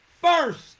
first